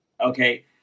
Okay